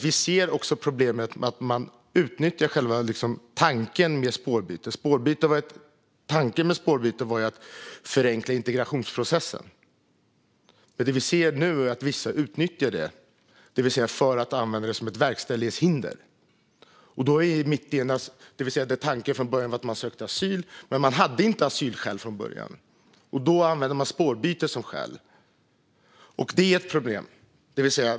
Vi ser problemet med att man utnyttjar själva tanken med spårbyte. Tanken med spårbyte var att förenkla integrationsprocessen. Det vi ser nu är att vissa utnyttjar det för att använda det som ett verkställighetshinder. Från början sökte man asyl, men man hade inte asylskäl. Då använder man spårbyte som skäl. Det är ett problem.